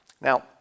Now